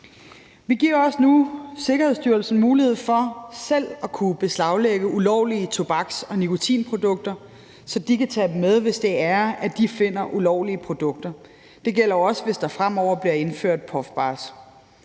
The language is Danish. Vi giver også nu Sikkerhedsstyrelsen mulighed for selv at kunne beslaglægge ulovlige tobaks- og nikotinprodukter, så de kan tage dem med, hvis det er, at de finder ulovlige produkter. Det gælder også, hvis der fremover bliver indført puffbars.